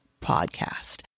podcast